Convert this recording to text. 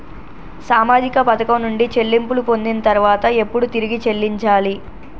సామాజిక పథకం నుండి చెల్లింపులు పొందిన తర్వాత ఎప్పుడు తిరిగి చెల్లించాలి?